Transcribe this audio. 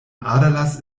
aderlass